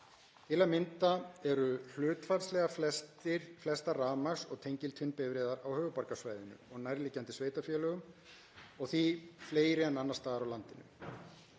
Til að mynda eru hlutfallslega flestar rafmagns- og tengiltvinnbifreiðar á höfuðborgarsvæðinu og nærliggjandi sveitarfélögum og því fleiri en annars staðar á landinu.